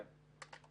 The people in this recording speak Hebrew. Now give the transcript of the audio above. כן.